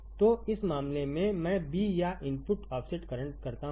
तो इस मामले में मैंbया इनपुट ऑफसेट करंट करताहूं